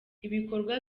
ibikorwa